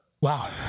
Wow